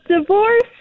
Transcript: divorce